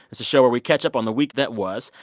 it's a show where we catch up on the week that was.